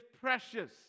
precious